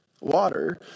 Water